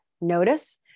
notice